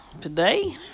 Today